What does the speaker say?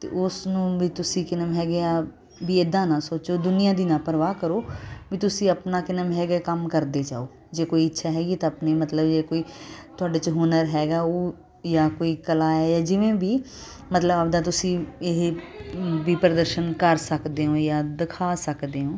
ਅਤੇ ਉਸ ਨੂੰ ਵੀ ਤੁਸੀਂ ਕੀ ਨਾਮ ਹੈਗੇ ਆ ਵੀ ਇੱਦਾਂ ਨਾ ਸੋਚੋ ਦੁਨੀਆਂ ਦੀ ਨਾ ਪਰਵਾਹ ਕਰੋ ਵੀ ਤੁਸੀਂ ਆਪਣਾ ਕੀ ਨਾਮ ਹੈਗਾ ਕੰਮ ਕਰਦੇ ਜਾਓ ਜੇ ਕੋਈ ਇੱਛਾ ਹੈਗੀ ਤਾਂ ਆਪਣੀ ਮਤਲਬ ਜੇ ਕੋਈ ਤੁਹਾਡੇ 'ਚ ਹੁਨਰ ਹੈਗਾ ਉਹ ਜਾਂ ਕੋਈ ਕਲਾ ਏ ਜਿਵੇਂ ਵੀ ਮਤਲਬ ਆਪਦਾ ਤੁਸੀਂ ਇਹ ਵੀ ਪ੍ਰਦਰਸ਼ਨ ਕਰ ਸਕਦੇ ਹੋ ਜਾਂ ਦਿਖਾ ਸਕਦੇ ਹੋ